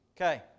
Okay